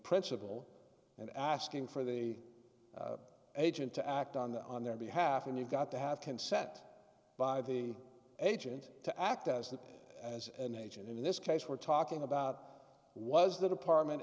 principal and asking for the agent to act on them on their behalf and you've got to have ten sat by the agent to act as that as an agent in this case we're talking about was the department